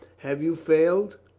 have you failed?